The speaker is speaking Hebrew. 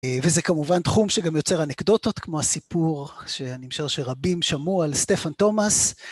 וזה כמובן תחום שגם יוצר אנקדוטות, כמו הסיפור שאני משער שרבים שמעו על סטפן תומאס.